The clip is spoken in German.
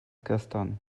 gestern